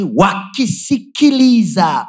wakisikiliza